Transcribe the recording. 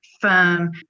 firm